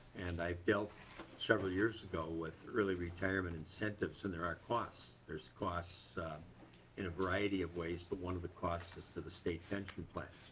and i felt several years ago with early retirement incentives and there are costs. there is costs in a variety of ways but one of the costs is to the state pension plan.